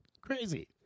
Crazy